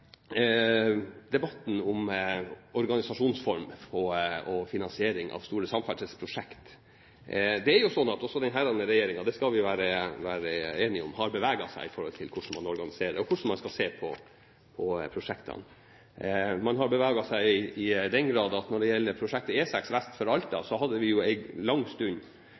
debatten om organisasjonsform og finansiering av store samferdselsprosjekter: Også denne regjeringen – det kan vi være enige om – har beveget seg når det gjelder hvordan man organiserer og ser på prosjektene. Man har beveget seg i den grad at når det gjelder prosjektet E6 vest for Alta,